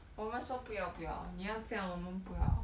我们说不要不要你要这样我们不要